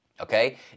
Okay